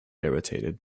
irritated